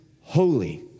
holy